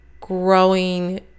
growing